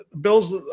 Bills